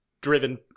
driven